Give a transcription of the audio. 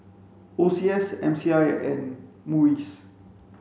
O C S M C I and MUIS